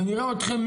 נראה אתכם,